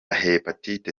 hepatite